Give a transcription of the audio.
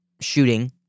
shooting